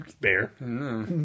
Bear